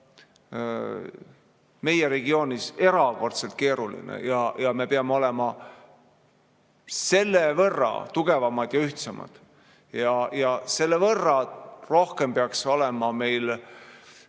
meie regioonis erakordselt keeruline. Me peame olema selle võrra tugevamad ja ühtsemad. Selle võrra rohkem peaks meil